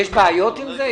יש בעיות עם זה?